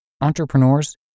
Entrepreneurs